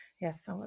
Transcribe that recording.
Yes